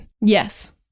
Yes